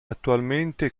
attualmente